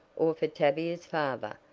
or for tavia's father,